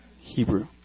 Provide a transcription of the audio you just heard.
Hebrew